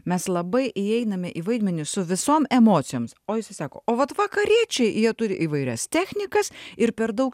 mes labai įeiname į vaidmenį su visom emocijoms o jisai sako o vat vakariečiai jie turi įvairias technikas ir per daug